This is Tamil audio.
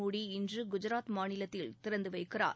மோடி இன்று குஜராத் மாநிலத்தில் திறந்துவைக்கிறார்